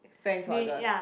friends who are girls